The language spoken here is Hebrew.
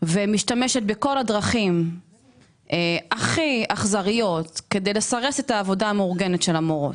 ומשתמשת בכל הדרכים הכי אכזריות כדי לסרב את העבודה המאורגנת של המורות,